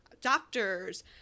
doctors